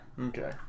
Okay